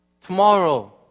Tomorrow